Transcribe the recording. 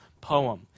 poem